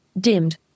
Dimmed